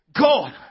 God